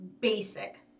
basic